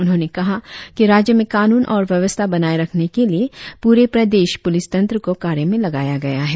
उन्होंने कहा कि राज्य में कानुन और व्यवस्था बनाए रखने के लिए पुरे प्रदेश पुलिस तंत्र को कार्य में लगाया गया है